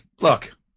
Look